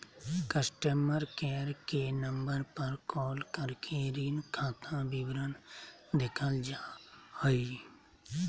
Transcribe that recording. customer care के number पर call करके ऋण खाता विवरण देखल जा हय